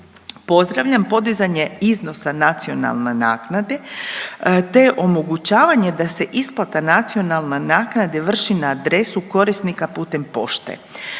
Pozdravljam podizanje iznosa nacionalne naknade te omogućavanje da se isplata nacionalne naknade vrši na adresu korisnika putem pošte